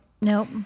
nope